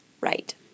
right